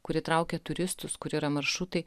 kuri traukia turistus kur yra maršrutai